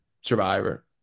Survivor